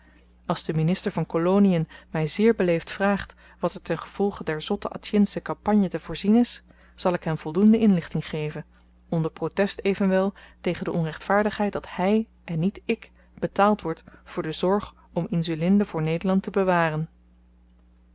als de minister van kolonien my zeer beleefd vraagt wat er ten gevolge der zotte atjinsche kampagne te voorzien is zal ik hem voldoende inlichting geven onder protest evenwel tegen de onrechtvaardigheid dat hy en niet ik betaald wordt voor de zorg om insulinde voor nederland te bewaren